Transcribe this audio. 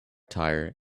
tire